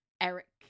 eric